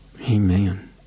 Amen